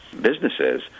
businesses